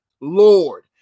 Lord